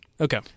Okay